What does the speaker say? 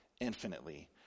infinitely